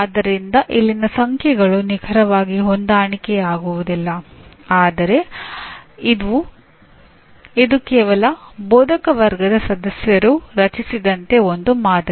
ಆದ್ದರಿಂದ ಇಲ್ಲಿನ ಸಂಖ್ಯೆಗಳು ನಿಖರವಾಗಿ ಹೊಂದಿಕೆಯಾಗುವುದಿಲ್ಲ ಆದರೆ ಇದು ಕೆಲವು ಬೋಧಕವರ್ಗದ ಸದಸ್ಯರು ರಚಿಸಿದಂತ ಒಂದು ಮಾದರಿ